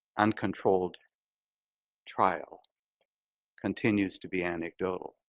uncontrolled trial continues to be anecdotal.